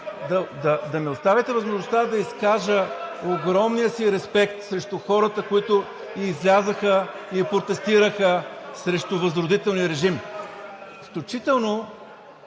да ми оставите възможността да изкажа огромния си респект срещу хората, които излязоха и протестираха срещу възродителния режим. (Шум и